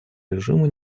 режима